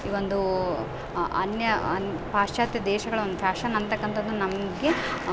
ಇವೊಂದು ಅನ್ಯ ಅನ್ ಪಾಶ್ಚಾತ್ಯ ದೇಶಗಳು ಒನ್ ಫ್ಯಾಷನ್ ಅಂತಕ್ಕಂಥದ್ದು ನಮಗೆ